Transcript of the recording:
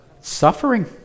Suffering